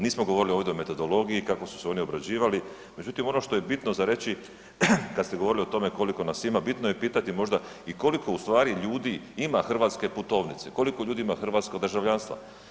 Nismo govorili ovdje o metodologiji, kako su se oni obrađivali, međutim ono što je bitno za reći kada ste govorili o tome koliko nas ima, bitno je pitati možda i koliko ustvari ljudi ima hrvatske putovnice, koliko ljudi ima hrvatsko državljanstvo.